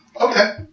Okay